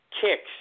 kicks